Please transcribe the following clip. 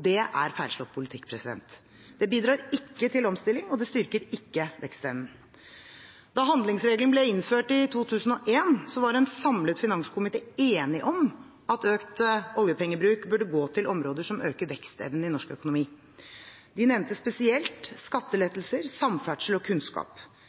Det er en feilslått politikk. Det bidrar ikke til omstilling, og det styrker ikke vekstevnen. Da handlingsregelen ble innført i 2001, var en samlet finanskomité enig om at økt oljepengebruk burde gå til områder som øker vekstevnen i norsk økonomi. Vi nevnte spesielt skattelettelser, samferdsel og kunnskap.